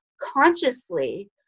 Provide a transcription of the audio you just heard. consciously